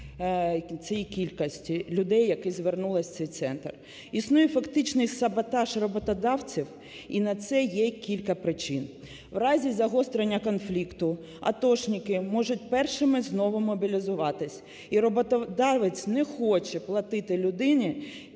цієї кількості людей, які звернулися в центр. Існує фактичний саботаж роботодавців, і на це є кілька причин. В разі загострення конфлікту атошники можуть першими знову мобілізуватись. І роботодавець не хоче платити людині,